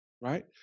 Right